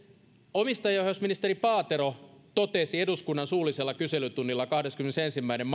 omistajaohjausministeri paatero totesi eduskunnan suullisella kyselytunnilla kahdeskymmenesensimmäinen